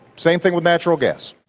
same thing with natural gas.